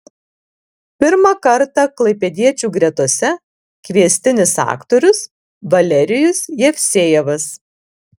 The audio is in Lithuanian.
pirmą kartą klaipėdiečių gretose kviestinis aktorius valerijus jevsejevas